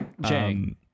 Jang